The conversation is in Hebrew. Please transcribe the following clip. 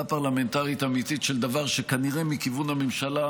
פרלמנטרית אמיתית של דבר שכנראה מכיוון הממשלה,